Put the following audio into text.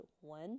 one